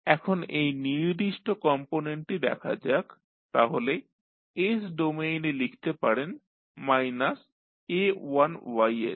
এখন এই নির্দিষ্ট কম্পোনেন্টটি দেখা যাক তাহলে s ডোমেইনে লিখতে পারেন মাইনাস a1ys